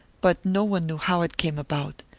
but no one knew how it came about.